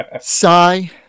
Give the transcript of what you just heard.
Sigh